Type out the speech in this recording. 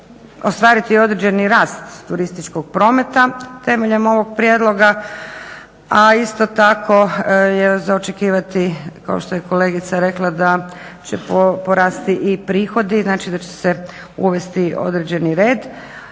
ostvariti i određeni rast turističkog prometa temeljem ovog prijedloga, a isto tako je za očekivati kao što je kolegica rekla da će porasti i prihodi, znači da će se uvesti određeni red.